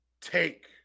take